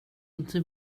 inte